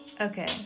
okay